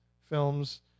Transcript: films